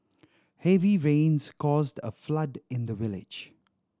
heavy rains caused a flood in the village